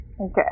Okay